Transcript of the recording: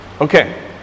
Okay